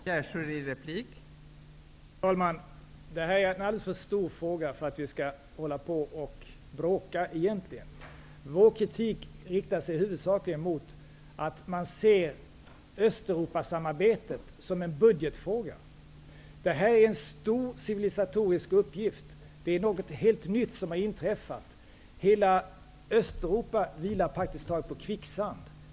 Fru talman! Det här är egentligen en alldeles för stor fråga för att vi skall hålla på att bråka. Vår kritik riktar sig huvudsakligen mot det faktum att regeringen ser Östeuropasamarbetet som en budgetfråga. Det här är en stor civilisatorisk uppgift. Det är något helt nytt som har inträffat. Hela Östeuropa vilar praktiskt taget på kvicksand.